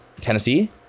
Tennessee